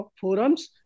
forums